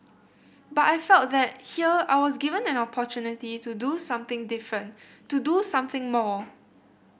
but I felt that here I was given an opportunity to do something different to do something more